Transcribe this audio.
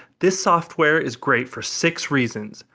this software is great for six reasons.